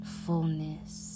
fullness